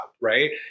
right